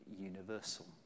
universal